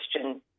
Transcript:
question